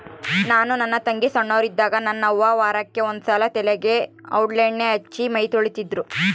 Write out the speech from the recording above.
ನಾನು ನನ್ನ ತಂಗಿ ಸೊಣ್ಣೋರಿದ್ದಾಗ ನನ್ನ ಅವ್ವ ವಾರಕ್ಕೆ ಒಂದ್ಸಲ ತಲೆಗೆ ಔಡ್ಲಣ್ಣೆ ಹಚ್ಚಿ ಮೈತೊಳಿತಿದ್ರು